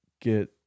get